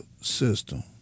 system